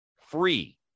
free